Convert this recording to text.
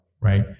right